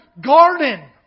garden